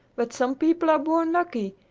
but some people are born lucky!